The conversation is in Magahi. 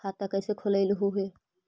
खाता कैसे खोलैलहू हे?